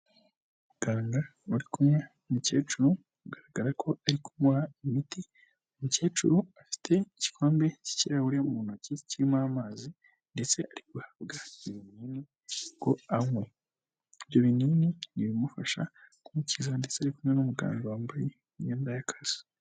Muganga wari kumwe n’umukecuru bigaragara ko ari kumuha imiti, umukecuru afite igikombe cy'ikirahure mu ntoki kirimo amazi ndetse ari guhabwa amazi ngo anywe ibyo binini. Ni ibimufasha kumukiza, ndetse ari kumwe n'umuganga wambaye imyenda y'akazi.